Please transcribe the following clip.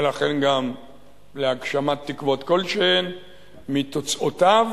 ולכן גם להגשמת תקוות כלשהן מתוצאותיו